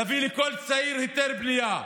להביא לכל צעיר היתר בנייה,